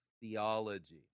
theology